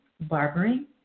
barbering